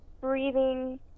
breathing